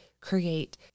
create